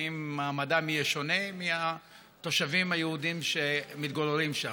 האם מעמדם יהיה שונה משל התושבים היהודים שמתגוררים שם?